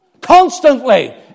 Constantly